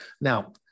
Now